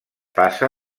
passa